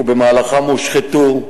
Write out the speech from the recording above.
ובמהלכם הושחתו,